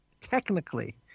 technically